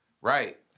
right